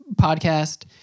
podcast